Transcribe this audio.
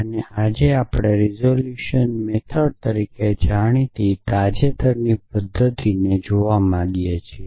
અને આજે આપણે રીઝોલ્યુશન મેથડ તરીકે જાણીતી તાજેતરની પદ્ધતિને જોવા માંગીએ છીએ